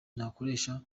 nakoresha